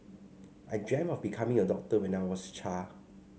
I dreamt of becoming a doctor when I was a child